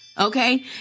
Okay